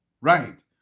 Right